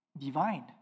divine